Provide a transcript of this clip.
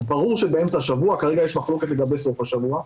ברור שבאמצע שבוע, כרגע יש מחלוקת לגבי סוף השבוע,